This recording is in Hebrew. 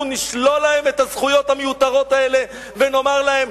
אנחנו נשלול להם את הזכויות המיותרות האלה ונאמר להם: